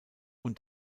und